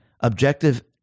Objective